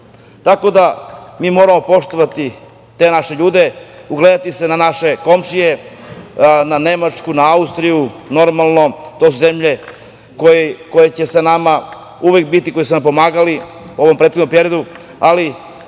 da, mi moramo poštovati te naše ljude, ugledati se na naše komšije, na Nemačku, na Austriju, normalno, to su zemlje koje će sa nama uvek biti, koje su nam pomagale u prethodnom periodu, ali